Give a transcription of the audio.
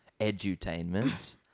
edutainment